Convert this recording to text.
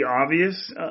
obvious